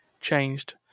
changed